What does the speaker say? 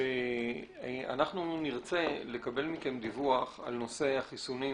שאנחנו נרצה לקבל מכם דיווח על נושא החיסונים